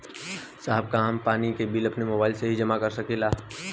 साहब का हम पानी के बिल अपने मोबाइल से ही जमा कर सकेला?